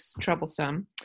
troublesome